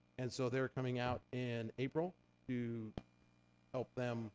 and so, they were coming out in april to help them